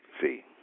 See